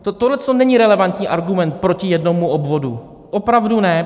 Toto není relevantní argument proti jednomu obvodu, opravdu ne.